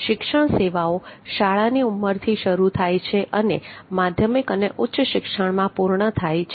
શિક્ષણ સેવાઓ શાળાની ઉંમરથી શરૂ થાય છે અને માધ્યમિક અને ઉચ્ચ શિક્ષણમાં પૂર્ણ થાય છે